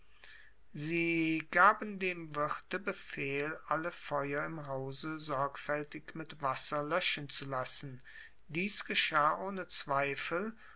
sie gaben dem wirte befehl alle feuer im hause sorgfältig mit wasser löschen zu lassen dies geschah ohne zweifel